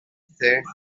sands